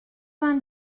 vingt